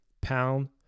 pound